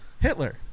Hitler